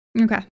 Okay